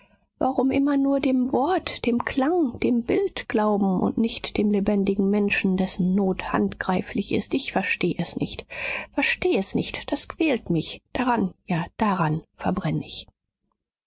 warum immer nur dem wort dem klang dem bild glauben und nicht dem lebendigen menschen dessen not handgreiflich ist ich versteh es nicht versteh es nicht das quält mich daran ja daran verbrenn ich